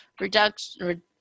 reduction